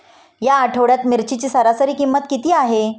या आठवड्यात मिरचीची सरासरी किंमत किती आहे?